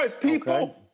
people